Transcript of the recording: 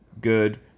good